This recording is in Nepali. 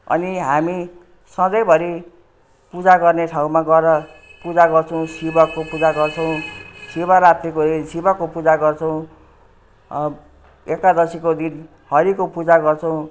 अनि हामी सधैँभरि पूजा गर्ने ठाउँमा गएर पूजा गर्छौँ शिवको पूजा गर्छौँ शिवरात्रीको ए शिवको पूजा गर्छौँ एकादशीको दिन हरिको पूजा गर्छौँ